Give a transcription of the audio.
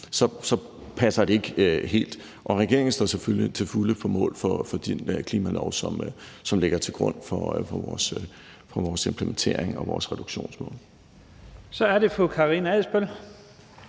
så passer det ikke helt. Og regeringen står selvfølgelig til fulde på mål for den klimalov, som ligger til grund for vores implementering og vores reduktionsmål. Kl. 09:25 Første